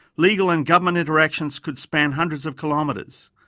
legal and government interactions could span hundreds of kilometres.